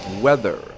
Weather